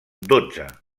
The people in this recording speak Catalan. dotze